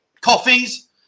Coffees